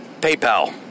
PayPal